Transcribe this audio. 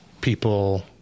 people